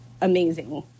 amazing